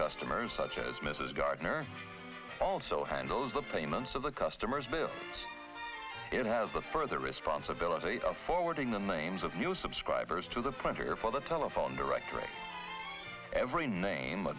customers such as mrs gardner also handles the payments of the customer's bill and has a further responsibility on forwarding the names of new subscribers to the printer for the telephone directory every name